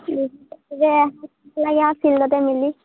চবেই আও ফিল্ডতে মিলি